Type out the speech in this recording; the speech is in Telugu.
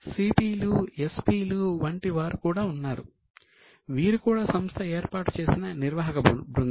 సిపిలు వంటి వారు కూడా ఉన్నారు వీరు కూడా సంస్థ ఏర్పాటు చేసిన నిర్వాహక బృందం